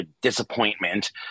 disappointment